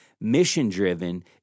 Mission-driven